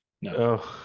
No